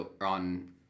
on